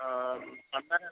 పంచదార ఎంత